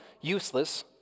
useless